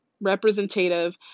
representative